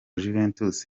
juventus